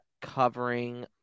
covering